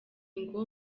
ngo